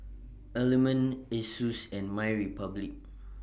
Element Asus and MyRepublic